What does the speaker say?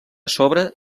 sobre